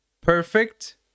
perfect